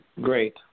Great